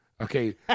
Okay